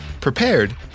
prepared